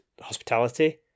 hospitality